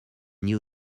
new